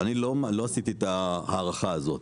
אני לא עשיתי את ההערכה הזאת,